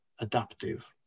adaptive